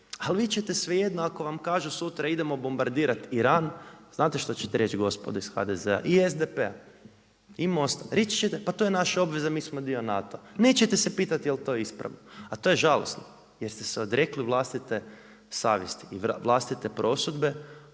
Ali vi ćete svejedno ako vam kažu sutra idemo bombardirati Iran, znate što ćete reći gospodo iz HDZ-a i SDP-a i MOST-a reći ćete pa to je naša obveza mi smo dio NATO-a. nećete se pitati jel to ispravno, a to je žalosno jer ste se odrekli vlastite savjesti i vlastite prosudbe,